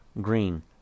Green